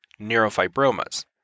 neurofibromas